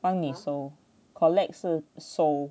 帮你收 collect 是收